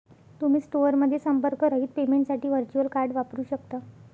तुम्ही स्टोअरमध्ये संपर्करहित पेमेंटसाठी व्हर्च्युअल कार्ड वापरू शकता